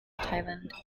thailand